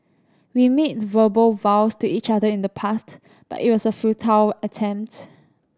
we made verbal vows to each other in the past but it was a futile attempt